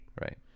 Right